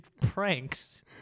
pranks